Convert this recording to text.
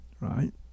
right